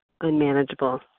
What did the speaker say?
unmanageable